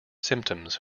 symptoms